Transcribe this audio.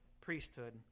priesthood